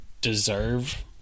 deserve